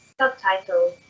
Subtitles